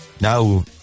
now